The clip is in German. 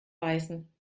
beißen